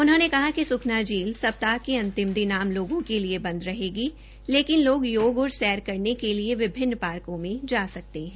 उन्होंने कहा कि सुख्ना झील सपताह के अंतिम दिन आम लोगों के लिए बंद रहेगी लेकिन लोग योग और सैर करने के लिए विभिन्न पार्को में जा सकते है